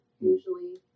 usually